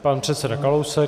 Pan předseda Kalousek.